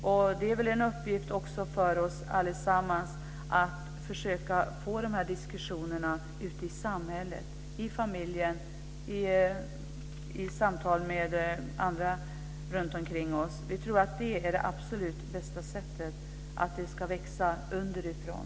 Det är väl också en uppgift för oss alla att försöka föra dessa diskussioner ute i samhället, i familjen och i samtal med andra runtomkring oss. Vi tror att det är det absolut bästa sättet för att detta ska växa underifrån.